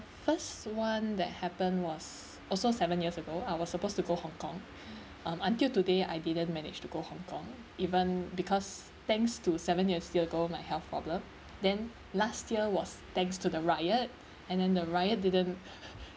first [one] that happened was also seven years ago I was supposed to go hong kong um until today I didn't manage to go hong kong even because thanks to seven years ago my health problem then last year was thanks to the riot and then the riot didn't